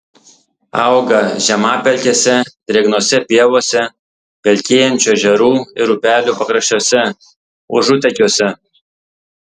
auga žemapelkėse drėgnose pievose pelkėjančių ežerų ir upelių pakraščiuose užutekiuose